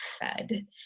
fed